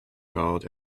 called